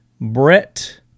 Brett